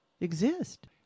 exist